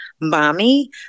mommy